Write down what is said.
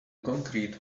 concrete